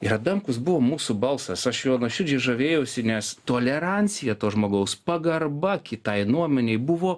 ir adamkus buvo mūsų balsas aš juo nuoširdžiai žavėjausi nes tolerancija to žmogaus pagarba kitai nuomonei buvo